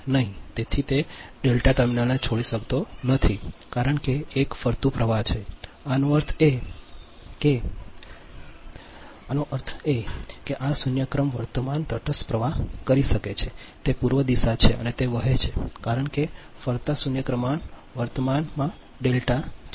તેથી તે તે ડેલ્ટા ટર્મિનલને છોડી શકતો નથી કારણ કે તે એક ફરતું પ્રવાહ છે આનો અર્થ એ કે આ શૂન્ય ક્રમ વર્તમાન તટસ્થ પ્રવાહ કરી શકે છે તે પૂર્વ દિશા છે તે વહે છે કારણ કે ફરતા શૂન્ય ક્રમ વર્તમાન ડેલ્ટામાં છે